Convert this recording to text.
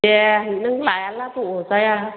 दे नों लायाब्लाबो अरजाया